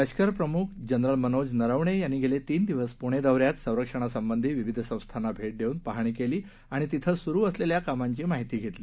लष्करप्रम्ख जनरल मनोज नरवणे यांनी गेले तीन दिवस प्णे दौऱ्यात संरक्षणासंबंधी विविध संस्थांना भे देऊन पाहणी केली आणि तिथं सुरु असलेल्या कामांची माहिती घेतली